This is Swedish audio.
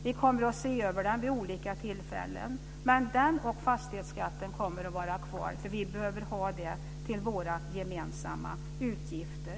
Vi kommer att se över den vid olika tillfällen, men den och fastighetsskatten kommer att vara kvar, för vi behöver ha dem till våra gemensamma utgifter.